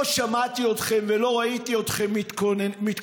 לא שמעתי אתכם ולא ראיתי אתכם מתקוממים.